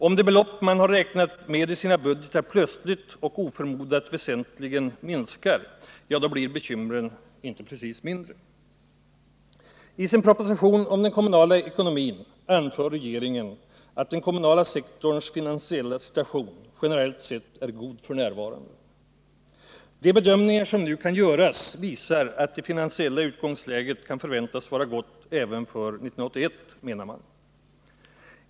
Om de belopp man har räknat med i sina budgetar plötsligt och oförmodat väsentligen minskar, ja, då blir inte bekymren precis mindre. I sin proposition om den kommunala ekonomin anför regeringen att den kommunala sektorns finansiella situation generellt sett är god f.n. De bedömningar som nu kan göras visar att det finansiella utgångsläget kan förväntas vara gott även år 1981, menar man.